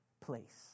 place